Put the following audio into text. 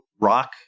Rock